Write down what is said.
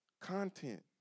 content